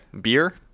beer